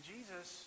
Jesus